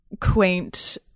quaint